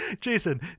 jason